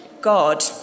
God